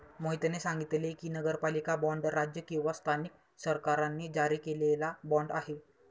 मोहितने सांगितले की, नगरपालिका बाँड राज्य किंवा स्थानिक सरकारांनी जारी केलेला बाँड आहे